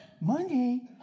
Monday